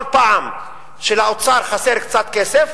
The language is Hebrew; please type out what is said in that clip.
כל פעם שלאוצר חסר קצת כסף